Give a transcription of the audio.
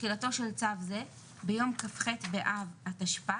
תחילתו של צו זה ביום כ"ח באב התשפ"א